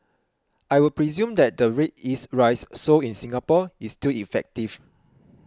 I would presume that the red yeast rice sold in Singapore is still effective